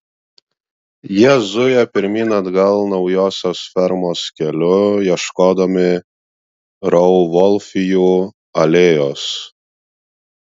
jie zuja pirmyn atgal naujosios fermos keliu ieškodami rauvolfijų alėjos